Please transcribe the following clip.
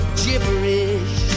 gibberish